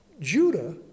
Judah